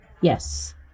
Yes